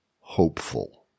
hopeful